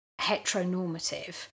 heteronormative